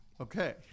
Okay